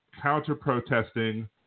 counter-protesting